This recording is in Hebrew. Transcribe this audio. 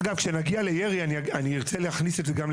אגב, כשנגיע לירי, ארצה להכניס את זה גם לשם.